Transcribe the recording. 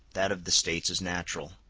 that of the states is natural,